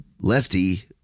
Lefty